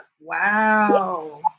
Wow